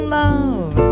love